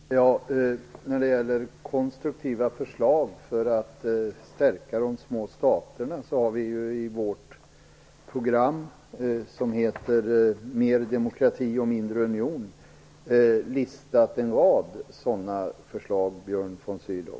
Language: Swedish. Herr talman! När det gäller konstruktiva förslag för att stärka de små staterna, har vi i vårt program, Mer demokrati och mindre union, listat en rad sådana förslag, Björn von Sydow!